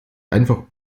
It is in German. einfach